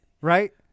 right